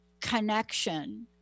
connection